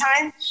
time